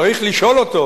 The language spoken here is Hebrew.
צריך לשאול אותו